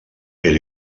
era